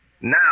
Now